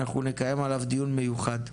אנחנו נקיים עליו דיון מיוחד.